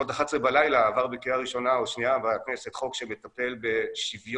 בסביבות 23:00 עבר בקריאה ראשונה או שניה בכנסת חוק שמטפל בשוויון